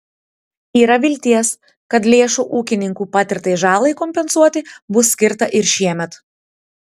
yra vilties kad lėšų ūkininkų patirtai žalai kompensuoti bus skirta ir šiemet